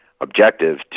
objective